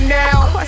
now